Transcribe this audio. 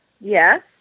Yes